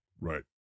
Right